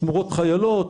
מורות חיילות,